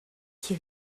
qui